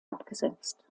abgesetzt